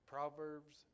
Proverbs